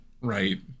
right